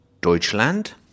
Deutschland